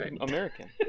American